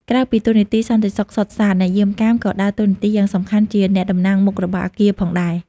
ក្រៅពីតួនាទីសន្តិសុខសុទ្ធសាធ អ្នកយាមកាមក៏ដើរតួនាទីយ៉ាងសំខាន់ជា អ្នកតំណាងមុខរបស់អគារ ផងដែរ។